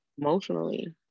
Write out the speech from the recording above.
emotionally